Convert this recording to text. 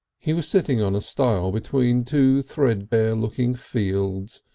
he was sitting on a stile between two threadbare looking fields,